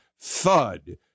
thud